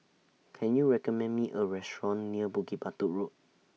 Can YOU recommend Me A Restaurant near Bukit Batok Road